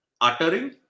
Uttering